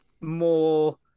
more